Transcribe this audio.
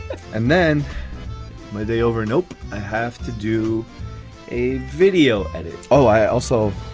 and then my day over nope i have to do a video edit oh i also.